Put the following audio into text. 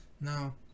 Now